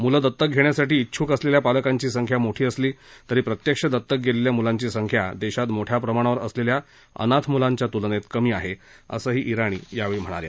मुलं दत्तक घेण्यासाठी इच्छूक असलेल्या पालकांची संख्या मोठी असली तरी प्रत्यक्ष दतक गेलेल्या मुलांची संख्या देशात मोठ्या प्रमाणावर असलेल्या अनाथ मुलांच्या तुलनेत कमी आहे असं इराणी यावेळी म्हणाल्या